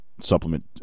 supplement